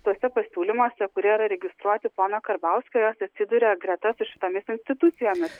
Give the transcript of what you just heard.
tuose pasiūlymuose kurie yra registruoti pono karbauskio jos atsiduria greta su šitomis institucijomis